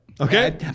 Okay